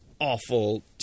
awful